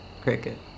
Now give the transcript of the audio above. Cricket